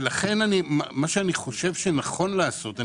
ולכן מה שאני חושב שנכון לעשות,